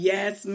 Yes